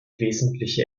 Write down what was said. wesentliche